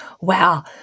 wow